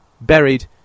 buried